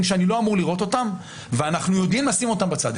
שאני לא אמור לראות אותם ואנחנו יודעים לשים אותם בצד.